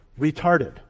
retarded